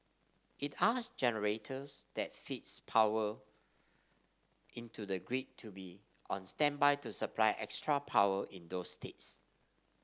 it asked generators that feeds power into the grid to be on standby to supply extra power in those states